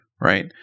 right